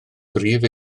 brif